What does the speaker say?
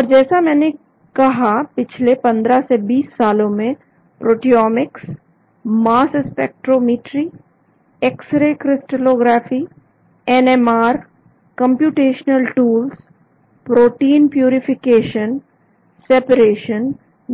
और जैसा मैंने कहा पिछले 15 से 20 सालों में proteomics mass spectrometry X ray crystallography NMR computational tools protein purification separation